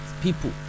people